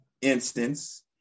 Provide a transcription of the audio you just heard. instance